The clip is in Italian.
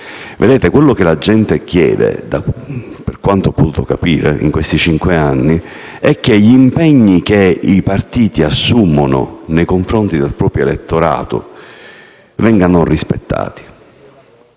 Vedete, ciò che la gente chiede, da quanto ho potuto capire in questi cinque anni, è che gli impegni che i partiti assumono nei confronti del proprio elettorato vengano rispettati.